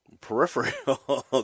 peripheral